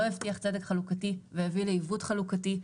לא הבטיח צדק חלוקתי והביא לעיוות חלוקתי,